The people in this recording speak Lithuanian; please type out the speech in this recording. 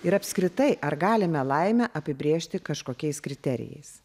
ir apskritai ar galime laimę apibrėžti kažkokiais kriterijais